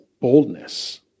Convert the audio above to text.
boldness